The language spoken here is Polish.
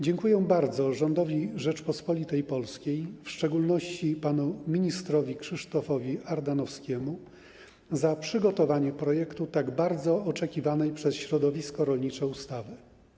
Dziękuję bardzo rządowi Rzeczypospolitej Polskiej, w szczególności panu ministrowi Krzysztofowi Ardanowskiemu, za przygotowanie projektu tak bardzo oczekiwanej przez środowisko rolnicze ustawy.